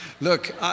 Look